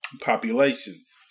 populations